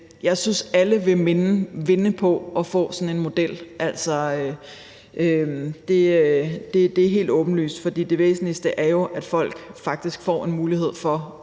Jeg synes, at alle vil vinde på at få sådan en model. Det er helt åbenlyst, for det væsentligste er jo, at folk faktisk får en mulighed for